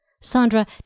Sandra